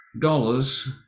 dollars